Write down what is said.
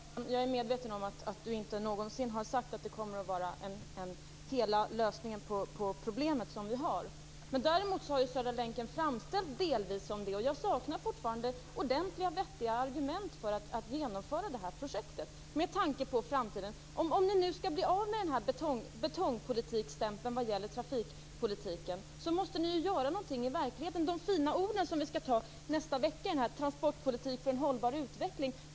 Fru talman! Jag är medveten om att Hans Stenberg inte någonsin har sagt att det kommer att vara hela lösningen på de problem vi har. Däremot har Södra länken delvis framställts som det. Jag saknar fortfarande ordentliga, vettiga argument för att genomföra projektet med tanke på framtiden. Om ni skall bli av med betongpolitikstämpeln vad gäller trafikpolitiken måste ni göra någonting i verkligheten. Det är fina ord i Transportpolitik för en hållbar utveckling, som vi skall fatta beslut om i nästa vecka.